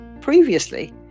previously